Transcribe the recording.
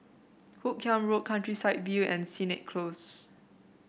Hoot Kiam Road Countryside View and Sennett Close